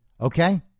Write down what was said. okay